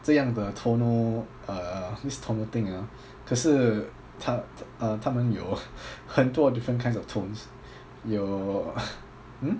这样的 tonal uh this tonal thing ah 可是他 uh 他们有很多 different kinds of tones 有